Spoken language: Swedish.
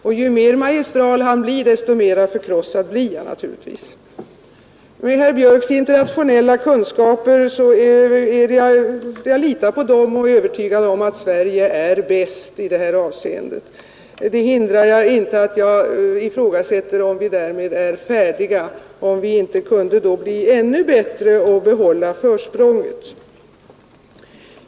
Och ju mer magistral han blir, desto mera förkrossad blir naturligtvis jag. Jag litar på herr Björks internationella kunskaper och är övertygad om att Sverige är bäst i det här avseendet. Men det hindrar inte att jag ifrågasätter om vi därmed är färdiga, om vi inte kunde bli ännu bättre och behålla försprånget.